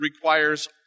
requires